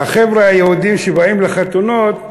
והחבר'ה היהודים שבאים לחתונות,